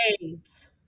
games